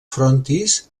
frontis